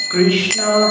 Krishna